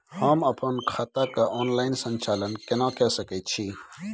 हम अपन खाता के ऑनलाइन संचालन केना के सकै छी?